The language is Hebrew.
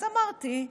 אז אמרתי,